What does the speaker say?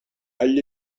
agli